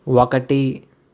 ఒకటి